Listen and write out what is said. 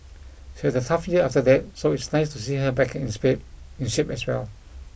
she had a tough year after that so it's nice to see her back in space in shape as well